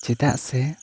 ᱪᱮᱫᱟᱜ ᱥᱮ